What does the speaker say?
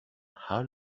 how